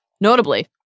Notably